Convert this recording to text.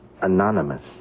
anonymous